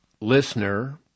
listener